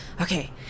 okay